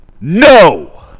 no